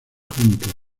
juntos